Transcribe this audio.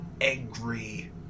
angry